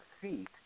feet